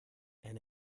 and